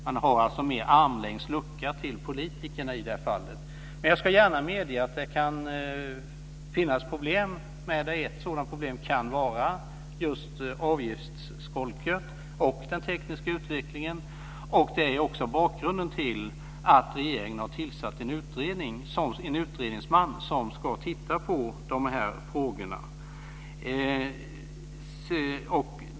Man har armslängds lucka till politikerna i det fallet. Jag ska gärna medge att det kan finnas problem med det. Ett sådant problem kan vara avgiftsskolket och den tekniska utvecklingen. Det är bakgrunden till att regeringen har tillsatt en utredningsman som ska titta på frågorna.